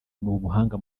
n’ubuhanga